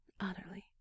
utterly